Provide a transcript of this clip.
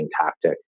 tactic